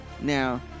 now